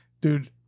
dude